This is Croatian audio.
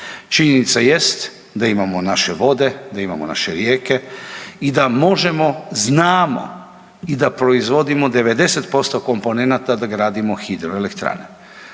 Činjenica jest da imamo naše vode, da imamo naše rijeke i da možemo, znamo i da proizvodimo 90% komponenata da gradimo hidroelektrane.